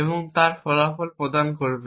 এবং তারপর তার ফলাফল প্রদান করবে